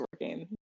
working